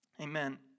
Amen